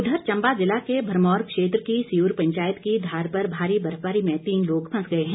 उधर चंबा जिला के भरमौर क्षेत्र की सियूर पंचायत की धार पर भारी बर्फबारी में तीन लोग फंस गए हैं